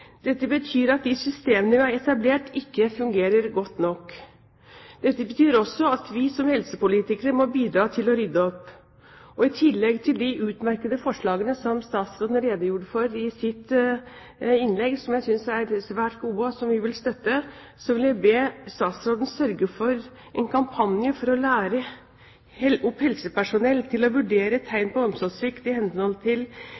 Dette betyr at de systemene vi har etablert, ikke fungerer godt nok. Dette betyr også at vi som helsepolitikere må bidra til å rydde opp. I tillegg til de utmerkede forslagene som statsråden redegjorde for i sitt innlegg, som jeg synes er svært gode og som vi vil støtte, vil jeg be statsråden sørge for en kampanje for å lære opp helsepersonell til å vurdere tegn på omsorgssvikt i henhold til